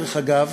דרך אגב,